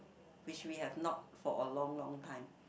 which we have not for a long long time